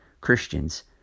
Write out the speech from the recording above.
Christians